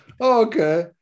okay